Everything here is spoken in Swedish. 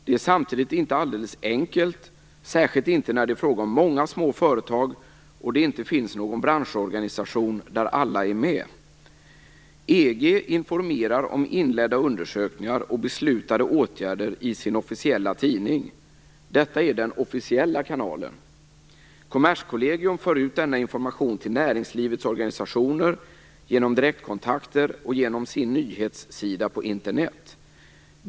Det är samtidigt inte alldeles enkelt, särskilt inte när det är fråga om många små företag och det inte finns någon branschorganisation där alla är med. EG informerar om inledda undersökningar och beslutade åtgärder i sin officiella tidning. Detta är den officiella kanalen. Kommerskollegium för ut denna information till näringslivets organisationer genom direktkontakter och genom sin nyhetssida på Internet.